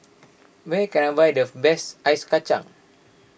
where can I find the best Ice Kacang